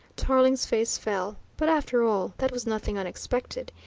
tarling's face fell. but after all, that was nothing unexpected.